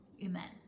Amen